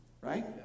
right